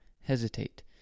hesitate